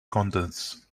contests